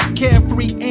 carefree